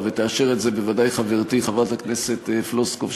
ותאשר את זה בוודאי חברתי חברת הכנסת פלוסקוב,